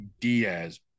Diaz